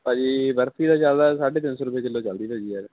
ਭਾਅ ਜੀ ਬਰਫੀ ਦਾ ਚਲਦਾ ਸਾਢੇ ਤਿੰਨ ਸੌ ਰੁਪਏ ਕਿੱਲੋ ਚਲਦੀ ਭਾਅ ਜੀ ਯਾਰ